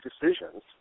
decisions